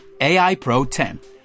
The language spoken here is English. AIPRO10